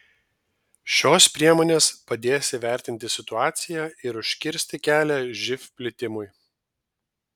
šios priemonės padės įvertinti situaciją ir užkirsti kelią živ plitimui